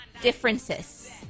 Differences